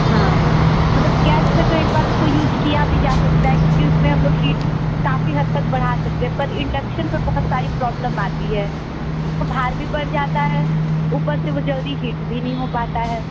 हाँ मतलब गैस पर तो एक बार उसको यूज़ किया भी जा सकता है क्योंकि उस में हम लोग हीट काफ़ी हद तक बढ़ा सकते है पर इंडक्शन पर बहुत सारी प्रॉब्लम आती है भार भी बढ़ जाता है ऊपर से वो जल्दी हीट भी नहीं हो पाता है